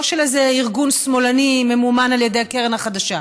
לא של איזה ארגון שמאלני שממומן על ידי הקרן החדשה,